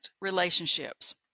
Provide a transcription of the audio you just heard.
relationships